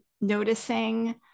noticing